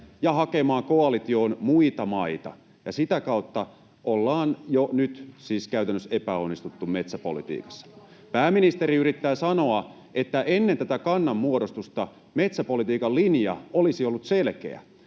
ja hakemaan koalitioon muita maita, ja sitä kautta ollaan jo nyt siis käytännössä epäonnistuttu metsäpolitiikassa. Pääministeri yrittää sanoa, että ennen tätä kannan muodostusta metsäpolitiikan linja olisi ollut selkeä,